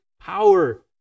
power